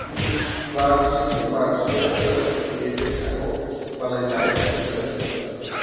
B باقٕے چھِنہٕ کینٛہہ باقٕے چھِ یِہَے أرٕتھ ییٚتہِ أسۍ ہٮ۪کو پَنٕنۍ لایف گُزٲرِتھ اَصٕل پٲٹھۍ